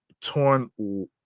torn